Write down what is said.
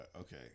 Okay